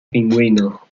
pingüino